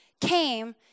came